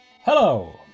Hello